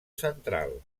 central